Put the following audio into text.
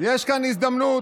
יש כאן הזדמנות